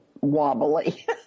wobbly